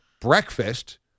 breakfast